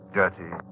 dirty